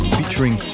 featuring